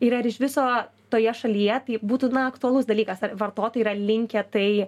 ir ar iš viso toje šalyje tai būtų na aktualus dalykas ar vartotojai yra linkę tai